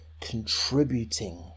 contributing